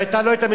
אבל אתה לא היית,